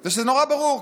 זה נורא ברור.